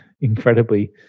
incredibly